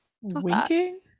winking